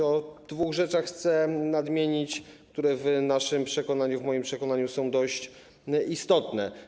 O dwóch rzeczach chcę nadmienić, które w naszym przekonaniu, w moim przekonaniu są dość istotne.